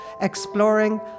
exploring